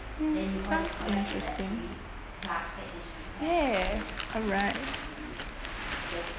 mm sounds interesting ya alright